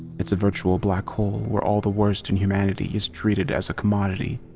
it's a virtual black hole, where all the worst in humanity is treated as a commodity,